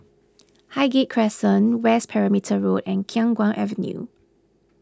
Highgate Crescent West Perimeter Road and Khiang Guan Avenue